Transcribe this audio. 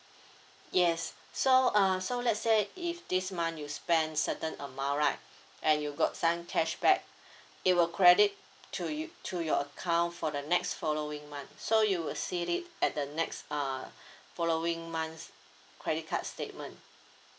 yes so uh so let's say if this month you spend certain amount right and you got some cashback it will credit to you to your account for the next following month so you would see it at the next uh following months credit card statement